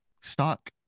stock